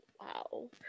wow